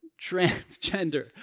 Transgender